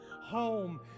home